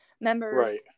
members